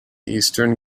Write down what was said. eastern